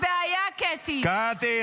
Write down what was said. היא בעיה, קטי.